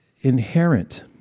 inherent